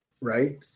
right